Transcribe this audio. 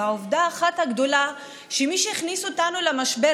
ועובדה אחת גדולה היא שמי שהכניס אותנו למשבר